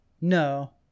No